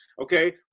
Okay